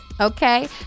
okay